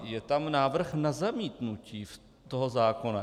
Je tam návrh na zamítnutí zákona.